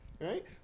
Right